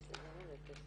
שזה גם עולה כסף.